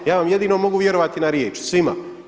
Ja vam jedino mogu vjerovati na riječ svima.